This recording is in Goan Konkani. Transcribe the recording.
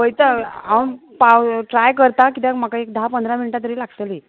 पयता हांव पाव ट्राय करता कित्याक म्हाका एक धा पंदरा मिनटां तरी लागतलीं